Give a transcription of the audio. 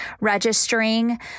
registering